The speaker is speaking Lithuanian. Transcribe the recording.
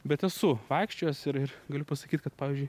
bet esu vaikščiojęs ir ir galiu pasakyt kad pavyzdžiui